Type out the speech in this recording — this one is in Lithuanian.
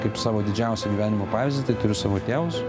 kaip savo didžiausią gyvenimo pavyzdį turiu savo tėvus